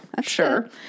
sure